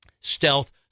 stealth